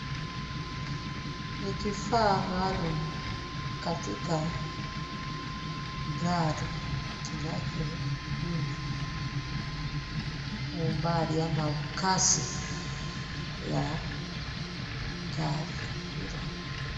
Ni kifaa maalum katika gari kinachopima kwa umbali ama kasi ya gari hilo.